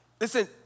listen